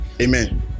Amen